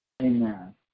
Amen